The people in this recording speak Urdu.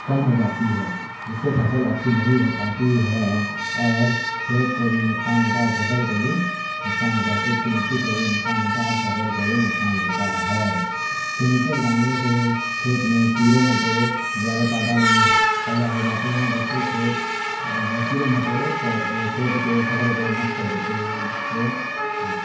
کم ہو جاتی ہے جس سے فصل اچھی نہیں ہو پاتی ہے اور کھیت کو بھی نقصان ہوتا ہے اور فصل کو بھی نقصان ہوتا ہے کھیت کی مٹی کو بھی نقصان ہوتا ہے اور فصل کو بھی نقصان ہوتا ہے کیمیکل ڈالنے سے کھیت میں کیڑے مکوڑے زیادہ تعداد میں پیدا ہو جاتے ہیں جس سے کھیت کیڑے مکوڑے کھیت کے فصل کو نشٹ کر دیتے ہیں جس سے آپ